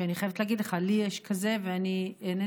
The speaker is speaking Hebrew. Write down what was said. ואני חייבת להגיד לך שלי יש כזה ואני אינני